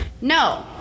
no